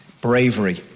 bravery